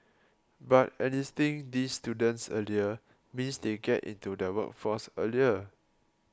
but enlisting these students earlier means they get into the workforce earlier